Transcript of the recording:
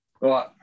Right